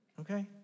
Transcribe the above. okay